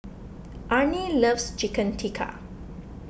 Arnie loves Chicken Tikka